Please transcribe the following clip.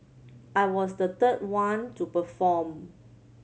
I was the third one to perform